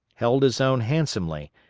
held his own handsomely,